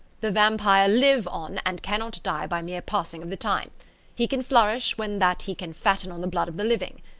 the vampire live on, and cannot die by mere passing of the time he can flourish when that he can fatten on the blood of the living.